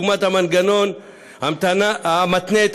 מנהלת